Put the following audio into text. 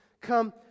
come